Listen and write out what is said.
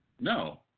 No